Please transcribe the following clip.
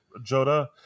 Joda